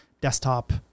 desktop